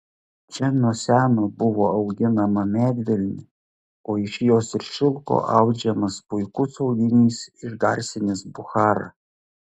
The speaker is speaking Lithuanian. čia nuo seno buvo auginama medvilnė o iš jos ir šilko audžiamas puikus audinys išgarsinęs bucharą